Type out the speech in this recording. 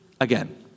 again